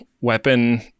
weapon